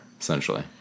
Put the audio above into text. essentially